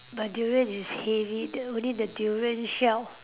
but durian is heavy that only the durian shell